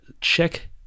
check